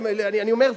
אני אומר,